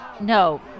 No